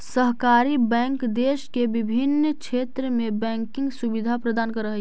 सहकारी बैंक देश के विभिन्न क्षेत्र में बैंकिंग सुविधा प्रदान करऽ हइ